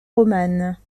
romanes